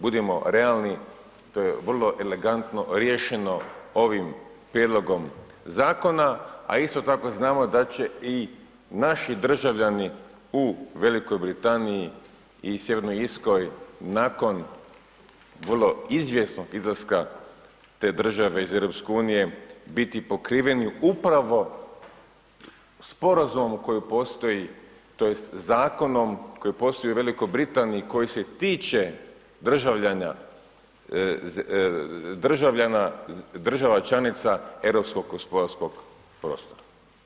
Budimo realni to je vrlo elegantno riješeno ovim prijedlogom zakona, a isto tako znamo da će i naši državljani u Velikoj Britaniji i Sjevernoj Irskoj, nakon vrlo izvjesnog izlaska te države iz EU, biti pokriveni upravo sporazumom koji postoji, tj. zakonom koji postoji u Velikoj Britaniji, koji se tiče državljana država članica europskog gospodarskog prostora.